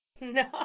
No